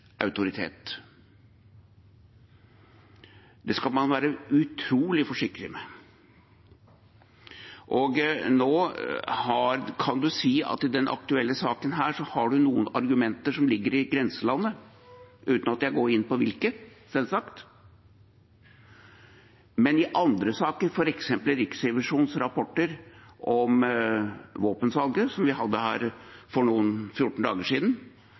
Det skal man være utrolig forsiktig med. Nå kan man si at i denne aktuelle saken her har man noen argumenter som ligger i grenselandet – uten at jeg går inn på hvilke, selvsagt – men det er andre saker. I behandlingen av Riksrevisjonens rapport om våpensalget som vi hadde her for 14 dager siden,